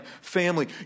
family